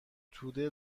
توده